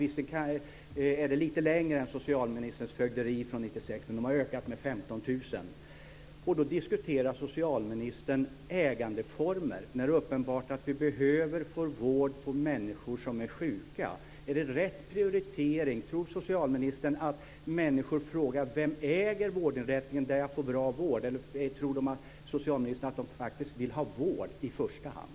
Visserligen är det lite längre än socialministerns fögderi, från 1996, men de har ökat med 15 000 personer. Då diskuterar socialministern ägandeformer, när det är uppenbart att människor som är sjuka behöver få vård. Är det rätt prioritering? Tror socialministern att människor frågar: Vem äger vårdinrättningen där jag får bra vård? Eller tror socialministern att de faktiskt vill ha vård i första hand?